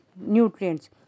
nutrients